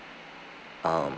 um